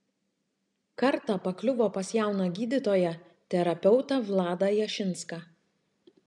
kartą pakliuvo pas jauną gydytoją terapeutą vladą jašinską